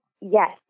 Yes